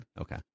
Okay